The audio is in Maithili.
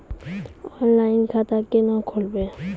ऑनलाइन खाता केना खोलभैबै?